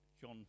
John